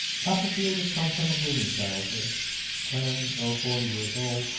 copperfield has come from a gloomy childhood clennam, though forty years old,